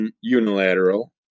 unilateral